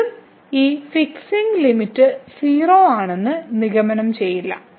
വീണ്ടും ഈ fixing limit 0 ആണെന്ന് നിഗമനം ചെയ്യില്ല